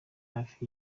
hafi